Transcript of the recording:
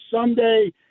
someday